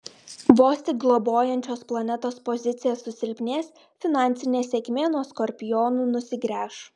vos tik globojančios planetos pozicija susilpnės finansinė sėkmė nuo skorpionų nusigręš